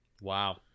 Wow